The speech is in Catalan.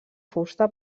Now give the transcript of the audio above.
fusta